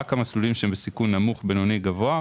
רק על מסלולים שהם בסיכון נמוך, בינוני וגבוה.